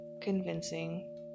convincing